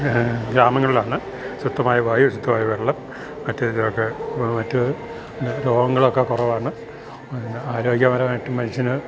ഗ്രാമങ്ങളിലാണ് ശുദ്ധമായ വായു ശുദ്ധമായ വെള്ളം മറ്റ് ഇതൊക്കെ മറ്റ് രോഗങ്ങളൊക്കെ കുറവാണ് പിന്നെ ആരോഗ്യപരമായിട്ട് മനുഷ്യൻ